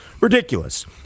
ridiculous